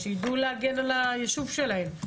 שאנשים יידעו להגן על היישוב שלהם.